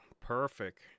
Perfect